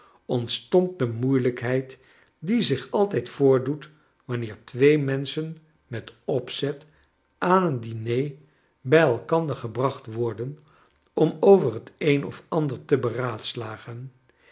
ontstond de moeilijkheid die zich altijd voordoet wanneer twee menschen met opzet aan een diner bij elkander gebracht worden om over het een of ander te beraadslagen